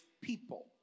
people